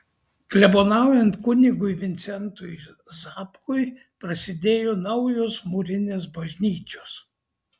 klebonaujant kunigui vincentui zapkui prasidėjo naujos mūrinės bažnyčios